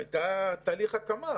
היה תהליך הקמה.